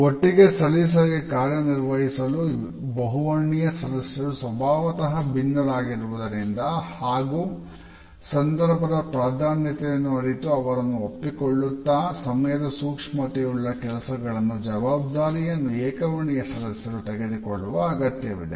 ಒಟ್ಟಿಗೆ ಸಲೀಸಾಗಿ ಕಾರ್ಯನಿರ್ವಹಿಸಲು ಬಹುವರ್ಣೀಯ ಸದಸ್ಯರು ಸ್ವಭಾವತಹ ಭಿನ್ನವಾಗಿರುವುದರಿಂದ ಹಾಗೂ ಸಂದರ್ಭದ ಪ್ರಾಧಾನ್ಯತೆಯನ್ನು ಅರಿತು ಅವರನ್ನು ಒಪ್ಪಿಕೊಳ್ಳುತ್ತಾ ಸಮಯದ ಸೂಕ್ಷ್ಮತೆಯುಳ್ಳ ಕೆಲಸಗಳ ಜವಾಬ್ದಾರಿಯನ್ನು ಏಕ ವರ್ಣೀಯ ಸದಸ್ಯರು ತೆಗೆದುಕೊಳ್ಳುವ ಅಗತ್ಯವಿದೆ